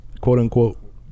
quote-unquote